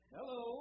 Hello